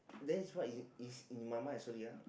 that is what is is in my mind sorry ah